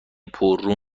پررو